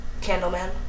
Candleman